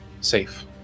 safe